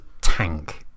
tank